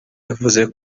yavuze